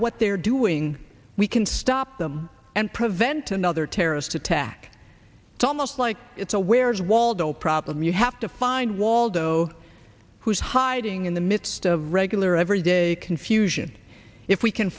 what they're doing we can stop them and prevent another terrorist attack it's almost like it's a where's waldo problem you have to find waldo who's hiding in the midst of regular everyday confusion if we can